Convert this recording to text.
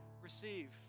receive